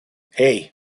hey